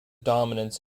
dominance